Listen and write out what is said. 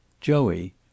Joey